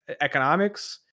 economics